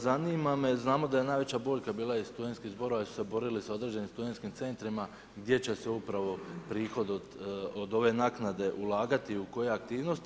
Zanima me znamo da je najveća boljka bila studentskih zborova jer su se borili da određenim studentskim centrima gdje će se upravo prihod od ove naknade ulagati u koje aktivnosti.